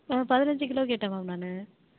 ஆ பதினஞ்சு கிலோ கேட்டேன் மேம் நான்